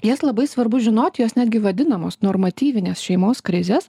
jas labai svarbu žinot jos netgi vadinamos normatyvinės šeimos krizės